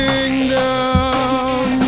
Kingdom